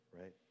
right